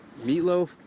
meatloaf